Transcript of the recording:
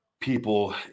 people